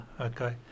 okay